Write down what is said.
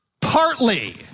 partly